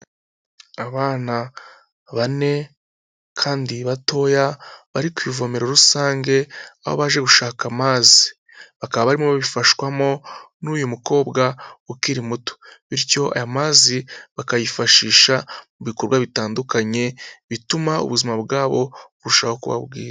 Abana bane kandi batoya bari ku ivomero rusange, aho baje gushaka amazi. Bakaba barimo babifashwamo n'uyu mukobwa ukiri muto, bityo aya mazi bakayifashisha mu bikorwa bitandukanye bituma ubuzima bwabo burushaho kuba bwiza.